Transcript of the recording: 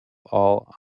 all